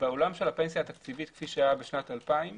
בעולם של הפנסיה התקציבית, כפי שהיה בשנת 2000,